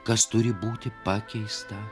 kas turi būti pakeista